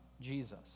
Jesus